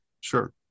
Sure